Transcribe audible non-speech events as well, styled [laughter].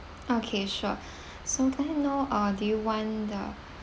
okay sure [breath] so can I know uh do you want the